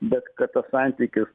bet kad tas santykis